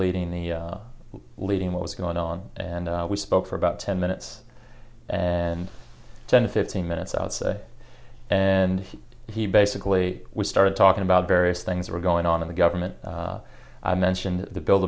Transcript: leading the leading what was going on and we spoke for about ten minutes and ten fifteen minutes outside and he basically started talking about various things were going on in the government i mentioned the bil